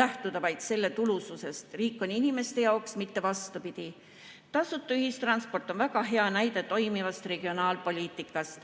lähtuda vaid nende tulususest. Riik on inimeste jaoks, mitte vastupidi. Tasuta ühistransport on väga hea näide toimivast regionaalpoliitikast.